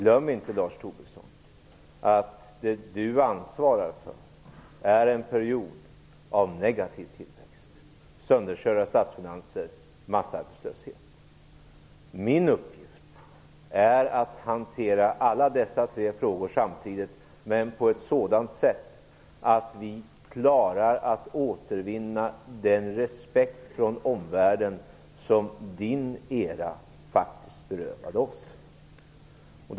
Lars Tobisson får inte glömma att han ansvarade för en period av negativ tillväxt, sönderkörda statsfinanser och massarbetslöshet. Min uppgift är att hantera alla dessa tre frågor samtidigt, men på ett sådant sätt att vi klarar att återvinna den respekt från omvärlden som Tobissons era berövade oss.